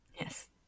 Yes